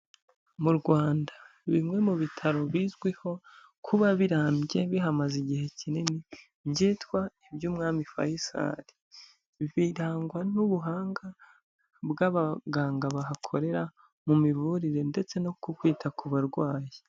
Mu Rwanda bimwe mu bitaro bizwiho kuba birambye bihamaze igihe kinini byitwa iby'Umwami Faisal, birangwa n'ubuhanga bw'abaganga bahakorera, mu mivurire ndetse no ku kwita ku barwayi.